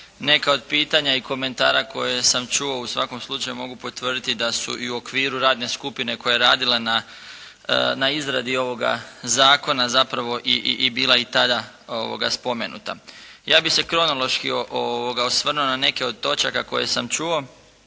Neka od pitanja i komentara koje sam čuo u svakom slučaju mogu potvrditi da su i u okviru radne skupine koja je radila na izradi ovoga zakona zapravo i bila i tada spomenuta. Ja bih se kronološki osvrnuo na neke od točaka koje sam čuo